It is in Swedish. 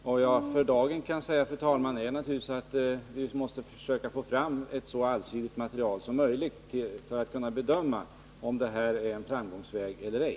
Vad jag för dagen kan säga, fru talman, är naturligtvis att vi måste försöka få fram ett så allsidigt material som möjligt för att kunna bedöma om det här är en framgångsväg eller ej.